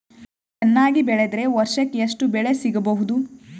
ಚೆನ್ನಾಗಿ ಬೆಳೆದ್ರೆ ವರ್ಷಕ ಎಷ್ಟು ಬೆಳೆ ಸಿಗಬಹುದು?